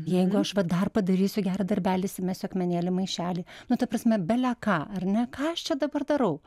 jeigu aš va dar padarysiu gerą darbelį įsimesiu akmenėlį į maišelį nu ta prasme beleką ar ne ką aš čia dabar darau